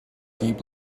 deep